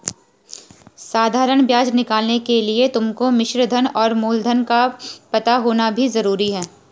साधारण ब्याज निकालने के लिए तुमको मिश्रधन और मूलधन का पता होना भी जरूरी है